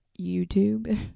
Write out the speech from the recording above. YouTube